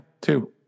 two